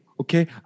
Okay